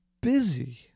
busy